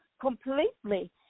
completely